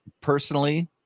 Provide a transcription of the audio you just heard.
personally